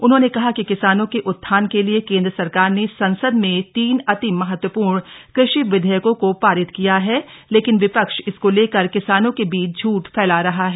उन्होंने कहा कि किसानों के उत्थान के लिए केन्द्र सरकार ने संसद में तीन अति महत्वपूर्ण कृषि विधेयकों को पारित किया है लेकिन विपक्ष इसको लेकर किसानों के बीच झूठ फैला रहा है